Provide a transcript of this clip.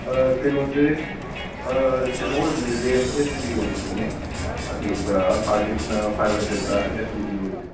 ꯑꯥ ꯀꯩꯅꯣꯁꯦ ꯑꯥ ꯀꯩꯅꯣ ꯑꯣꯏꯕꯅꯤ ꯔꯦꯝ ꯑꯩꯠ ꯖꯤꯕꯤ ꯑꯣꯏꯈꯤꯕꯅꯦ ꯑꯗꯨꯒ ꯍꯥꯔ꯭ꯗ ꯗꯤꯛꯁꯅ ꯐꯥꯏꯕ ꯐꯥꯏꯕ ꯍꯟꯗ꯭ꯔꯦꯗꯇ ꯑꯦꯁ ꯇꯤ ꯗꯤ ꯑꯣꯏꯈꯤꯕꯅꯦ